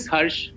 Harsh